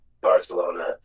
Barcelona